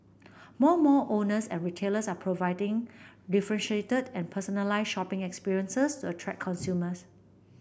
more mall owners and retailers are providing differentiated and personalised shopping experiences to attract consumers